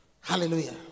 Hallelujah